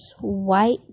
white